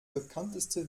bekannteste